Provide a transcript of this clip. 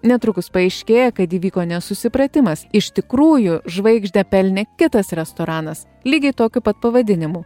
netrukus paaiškėja kad įvyko nesusipratimas iš tikrųjų žvaigždę pelnė kitas restoranas lygiai tokiu pat pavadinimu